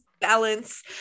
Balance